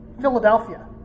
Philadelphia